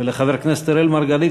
ולחבר הכנסת אראל מרגלית,